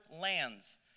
lands